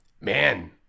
Man